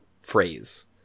phrase